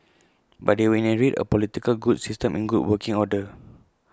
but they will inherit A political system in good working order